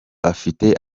afite